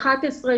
גילי 11,